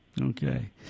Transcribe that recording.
Okay